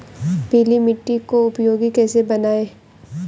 पीली मिट्टी को उपयोगी कैसे बनाएँ?